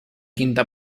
quinta